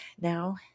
now